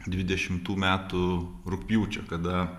dvidešimtų metų rugpjūčio kada